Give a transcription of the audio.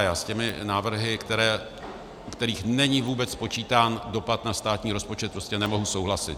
Já s těmi návrhy, u kterých není vůbec počítán dopad na státní rozpočet, prostě nemohu souhlasit.